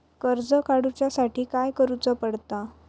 कर्ज काडूच्या साठी काय करुचा पडता?